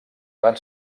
van